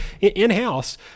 in-house